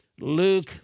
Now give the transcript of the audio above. Luke